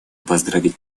поздравить